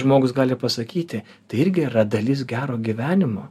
žmogus gali pasakyti tai irgi yra dalis gero gyvenimo